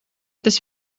tas